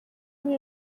umwe